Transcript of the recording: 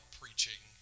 preaching